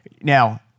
Now